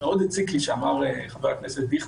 שמאוד הציק לי שאמר חבר הכנסת דיכטר.